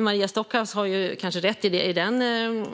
Maria Stockhaus har kanske rätt i sin